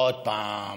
עוד פעם.